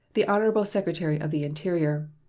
the honorable secretary of the interior.